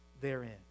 therein